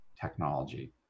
technology